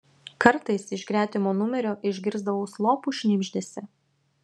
kartais iš gretimo numerio išgirsdavau slopų šnibždesį